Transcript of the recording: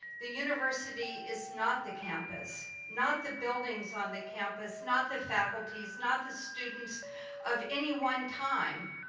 the university is not the campus, not the buildings on the campus, not the faculties, not the students of any one time,